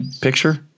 picture